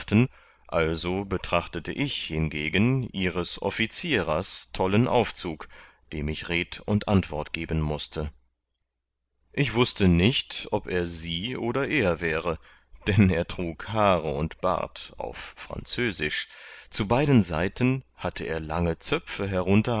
also betrachtete ich hingegen ihres offizierers tollen aufzug dem ich red und antwort geben mußte ich wußte nicht ob er sie oder er wäre dann er trug haare und bart auf französisch zu beiden seiten hatte er lange zöpfe